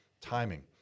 timing